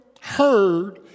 heard